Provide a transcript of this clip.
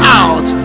out